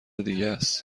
دیگس